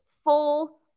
full